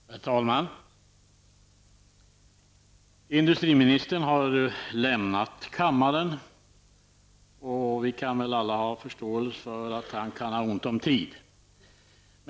Herr talman! Industriministern har lämnat kammaren. Vi kan väl alla ha förståelse för att han kan ha ont om tid.